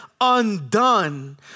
undone